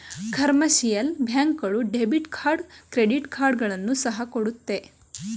commercial bank ಗಳು debit card credit ಕಾರ್ಡ್ಗಳನ್ನು ಸಹ ಕೊಡುತ್ತೆ